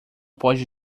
pode